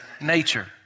nature